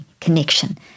connection